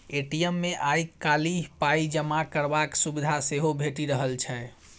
ATM मे आइ काल्हि पाइ जमा करबाक सुविधा सेहो भेटि रहल छै